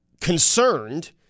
concerned